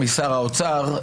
משר האוצר,